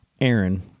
Aaron